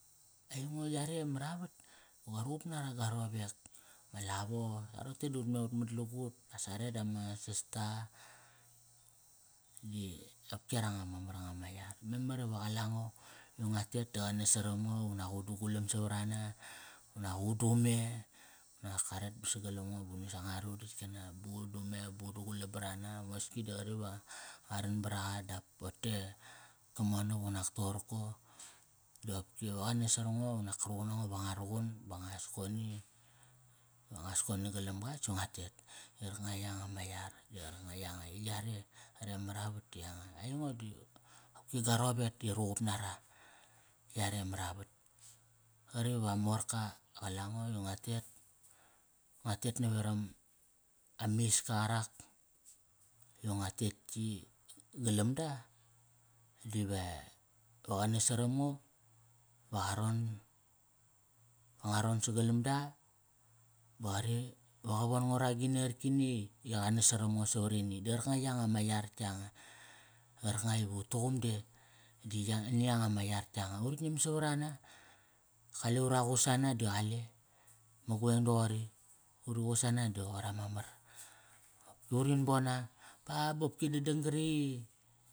Aingo yare maravat di gua ruqup nara ga rowek. Ma lavo sa rote di ut mat lagut. As are dama sas ta di opki yaranga ma mar nga ma yar. Memar iva qa la ngo i ngua tet da qa nas saram ngo unak udugalam savarana. Unak udume. Unak qa ret ba sagalam ngo ba uni sangar udatk kana bau dume ba u dugalam brana. Moski di qari va nga ran baraqa dap ote ka monak unak toqorko, da opki av qa nas saram ngo unak ka ruqun na ngo iva ngua ruqum ba nguas koni. Ba nguas koni nagalam ga si ngua tet. Qarkanga yanga ma yar i qarkanga yanga i yare re maravat ti yanga. Aingo di opki ga rowek ti ruqup nara. Yare maravat. Q ari va amorka qa la ngo i ngua tet ngua tet naveram amiska qark i ngua tet yi galam da, dive, ve qa nas saram ngo. Va qa ron, va nga ron sagalam da, va qari va qa von ngo ra agini qarkini i qa nas saram ngo savarini. Di qarkanga yanga ma yar yanga. Qarkanga iva ut tuqum de di yanga ma yar yamga. Urti ngiam savarana, kale ura qus ana di qale. Ma gueng doqori. Uri qus ana di qoir ama mar. Qopki urin bon na, ba ba opki dadang gari i.